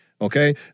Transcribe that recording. Okay